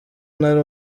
nari